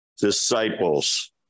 disciples